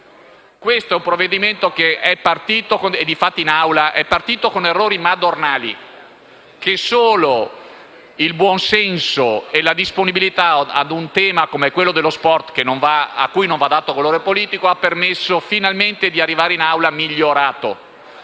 Questo è un provvedimento che è partito con errori madornali e solo il buonsenso e la disponibilità a sostenere un tema come quello dello sport, a cui non va dato colore politico, ha permesso finalmente che arrivasse in Aula migliorato.